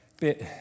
bit